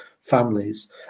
families